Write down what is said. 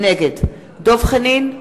נגד דב חנין,